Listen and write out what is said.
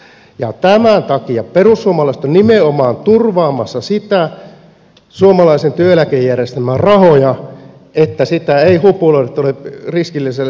ja tämän takia perussuomalaiset ovat nimenomaan turvaamassa suomalaisen työeläkejärjestelmän rahoja että niitä ei hupuloida riskillisellä sijoituksella pitkin maailmaa